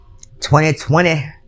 2020